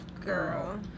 Girl